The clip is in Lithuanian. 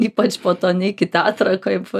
ypač po to neik į teatrą kaip